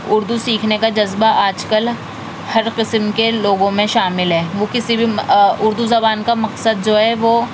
اردو سیکھنے کا جذبہ آج کل ہر قسم کے لوگوں میں شامل ہے وہ کسی بھی اردو زبان کا مقصد جو ہے وہ